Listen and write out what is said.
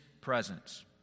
presence